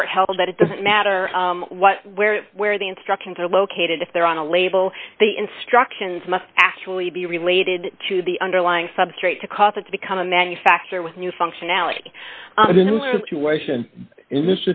court held that it doesn't matter what where where the instructions are located if they're on a label the instructions must actually be related to the underlying substrate to cause it to become a manufacturer with new functionality